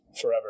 forever